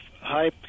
high